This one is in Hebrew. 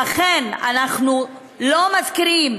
ואכן, אנחנו לא מזכירים